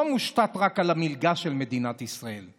לא מושתת רק על המלגה של מדינת ישראל.